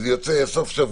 וזה יוצא סוף-שבוע,